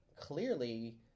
clearly